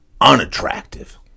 unattractive